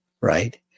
Right